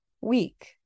week